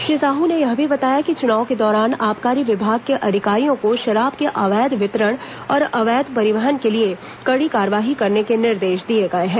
श्री साहू ने यह भी बताया चुनाव के दौरान आबकारी विभाग के अधिकारियों को शराब के अवैध वितरण और अवैध परिवहन के लिए कड़ी कार्रवाई करने के निर्देश दिए गए हैं